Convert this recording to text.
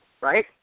right